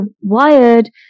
wired